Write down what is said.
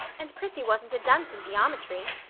and prissy wasn't a dunce in geometry.